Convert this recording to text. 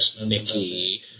Nikki